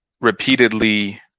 repeatedly